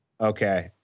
Okay